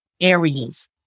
areas